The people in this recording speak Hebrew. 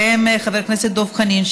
והם חבר הכנסת דב חנין,